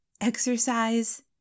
exercise